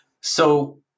So-